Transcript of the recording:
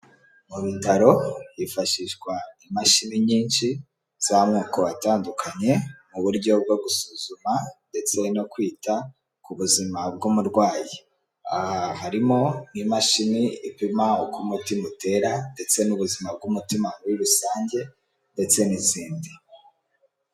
Mu bitaro hifashishwa imashini nyinshi z'amoko atandukanye, mu buryo bwo gusuzuma ndetse no kwita ku buzima bw'umurwayi. Aha harimo imashini ipima uko umutima utera ndetse n'ubuzima bw'umutima muri rusange ndetse n'izindi.